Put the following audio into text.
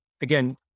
Again